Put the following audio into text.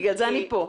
בגלל זה אני פה.